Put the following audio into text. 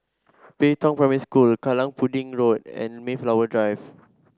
Pei Tong Primary School Kallang Pudding Road and Mayflower Drive